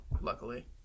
luckily